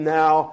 now